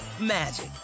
magic